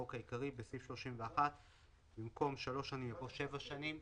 החוק העיקרי) בסעיף 31 במקום "שלוש שנים" יבוא "שבע שנים".